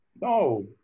No